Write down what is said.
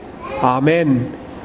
Amen